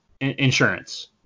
insurance